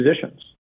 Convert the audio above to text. positions